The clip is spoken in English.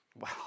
Wow